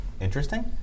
interesting